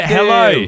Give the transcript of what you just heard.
Hello